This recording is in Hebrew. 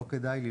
לא כדאי לי,